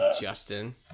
Justin